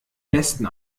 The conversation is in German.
besten